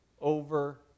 over